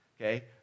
okay